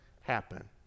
happen